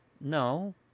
no